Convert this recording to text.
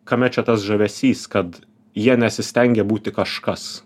kame čia tas žavesys kad jie nesistengė būti kažkas